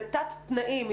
בתת תנאים,